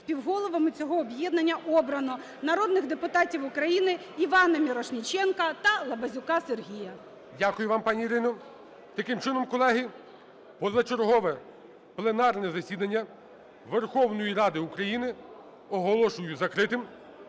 Співголовами цього об'єднання обрано народних депутатів України Івана Мірошніченка та Лабазюка Сергія. ГОЛОВУЮЧИЙ. Дякую вам, пані Ірино. Таким чином, колеги, позачергове пленарне засідання Верховної Ради України оголошую закритим.